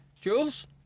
Jules